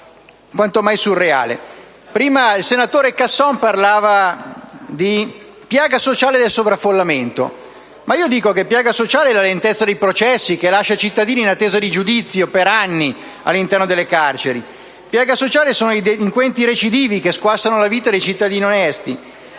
quanto meno surreale. Il senatore Casson parlava di piaga sociale del sovraffollamento, ma io dico che la piaga sociale è la lentezza dei processi che lascia per anni i cittadini in attesa di giudizio all'interno delle carceri. Piaga sociale sono i delinquenti recidivi che squassano la vita dei cittadini onesti.